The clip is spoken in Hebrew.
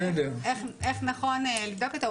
צריך איך נכון לבדוק אותו,